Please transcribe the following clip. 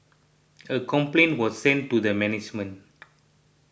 a complaint was sent to the management